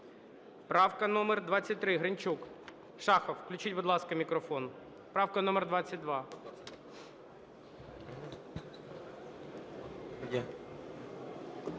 Правка номер 23, Гринчук. Шахов, включіть, будь ласка, мікрофон. Правка номер 22.